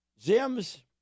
Zim's